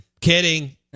Kidding